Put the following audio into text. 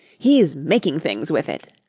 he's making things with it.